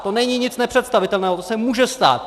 To není nic nepředstavitelného, to se může stát.